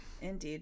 Indeed